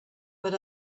but